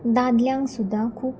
दादल्यांक सुद्दां खूब